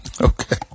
Okay